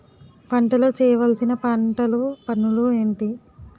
పంటలో చేయవలసిన పంటలు పనులు ఏంటి?